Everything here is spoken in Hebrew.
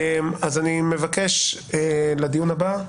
לדיון הבא,